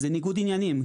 זה ניגוד עניינים.